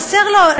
חסר לו,